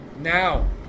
Now